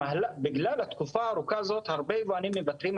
חשוב לנו שבתוך התהליך אנחנו לא נייצר החמרות היכן